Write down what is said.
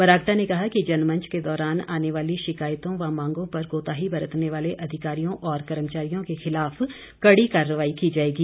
बरागटा ने कहा कि जनमंच के दौरान आने वाली शिकायतों व मांगों पर कोताही बरतने वाले अधिकारियों और कर्मचारियों के खिलाफ कड़ी कार्रवाई की जाएगी